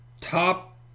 top